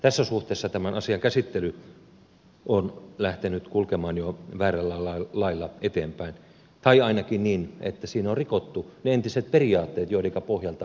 tässä suhteessa tämän asian käsittely on lähtenyt kulkemaan jo väärällä lailla eteenpäin tai ainakin niin että siinä on rikottu ne entiset periaatteet joidenka pohjalta tämä on tehty